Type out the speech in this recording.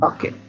Okay